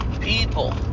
people